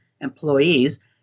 employees